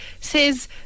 says